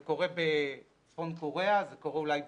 זה קורה בצפון קוריאה, זה קורה אולי בסין,